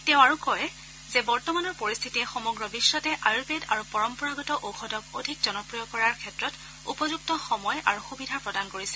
তেওঁ আৰু কয় যে বৰ্তমানৰ পৰিস্থিতিয়ে সমগ্ৰ বিশ্বতে আয়ুৰ্বেদ আৰু পৰম্পৰাগত ওয়ধক অধিক জনপ্ৰিয় কৰাৰ ক্ষেত্ৰত উপযুক্ত সময় আৰু সুবিধা প্ৰদান কৰিছে